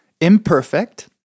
imperfect